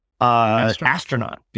astronaut